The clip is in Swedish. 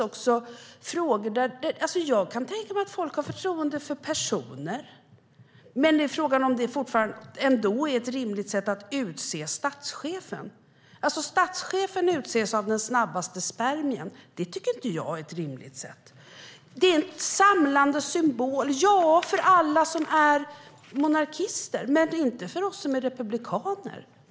Det talas om en samlande symbol. Ja, för alla som är monarkister, men inte för oss som är republikaner.